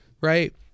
right